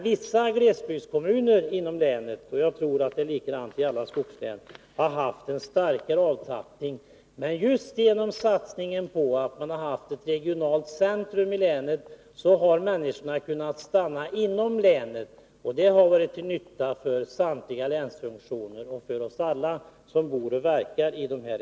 Vissa glesbygdskommuner inom länet — jag tror det är lika i alla skogslän— har haft en starkare avtappning. Men just genom satsningen på ett regionalt centrum i detta län har människorna kunnat stanna inom länet, och det har varit till nytta för samtliga länsfunktioner och för oss alla som bor och verkar där.